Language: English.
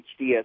HDS